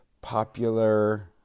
popular